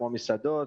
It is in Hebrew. כמו מסעדות,